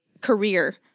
career